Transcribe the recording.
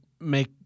make